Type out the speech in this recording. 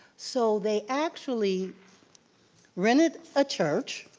so they actually rented a church